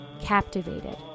captivated